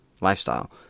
lifestyle